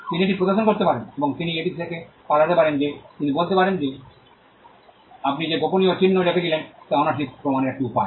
তিনি এটি প্রদর্শন করতে পারেন এবং তিনি এটি থেকে পালাতে পারেন যে তিনি বলতে পারেন আপনি যে গোপনীয় চিহ্ন রেখেছিলেন তার ওনারশিপ প্রমাণের একটি উপায়